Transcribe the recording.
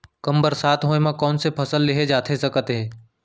कम बरसात होए मा कौन से फसल लेहे जाथे सकत हे?